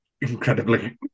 incredibly